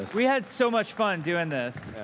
we had so much fun doing this.